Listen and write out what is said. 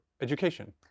education